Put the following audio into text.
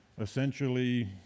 essentially